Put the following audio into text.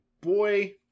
boy